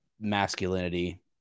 masculinity